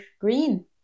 green